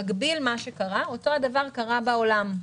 במקביל אותו דבר קרה בעולם.